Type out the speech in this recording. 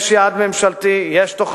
יש יעד ממשלתי, יש תוכנית,